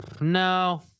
No